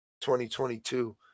2022